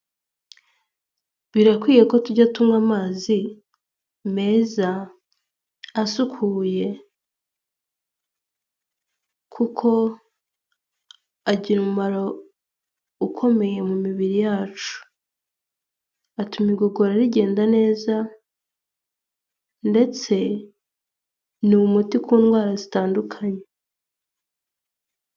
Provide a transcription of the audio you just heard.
Birakwiye ko tujya tunywa amazi meza asukuye, kuko agira umumaro ukomeye mu mibiri yacu, atuma igogora rigenda neza, ndetse ni umuti ku ndwara zitandukanye.